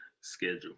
schedule